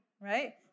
right